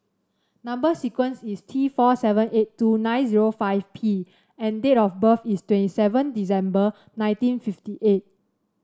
number sequence is T four seven eight two nine zero five P and date of birth is twenty seven December nineteen fifty eight